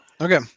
Okay